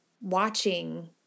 watching